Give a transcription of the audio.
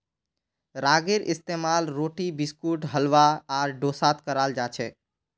रागीर इस्तेमाल रोटी बिस्कुट हलवा आर डोसात कराल जाछेक